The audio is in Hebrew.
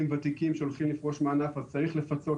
ותיקים שהולכים לפרוש מהענף אז צריך לפצות,